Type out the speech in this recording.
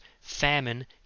famine